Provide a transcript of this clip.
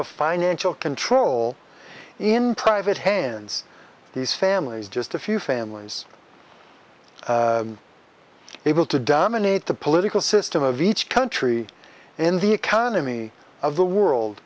of financial control in private hands these families just a few families able to dominate the political system of each country and the economy of the world